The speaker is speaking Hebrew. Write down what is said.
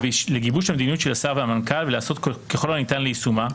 לגיבוש המדיניות של השר והמנכ"ל ולעשות ככל הניתן ליישומה,